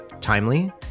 timely